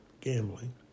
gambling